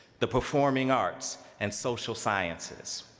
the performing arts and social sciences.